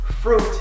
fruit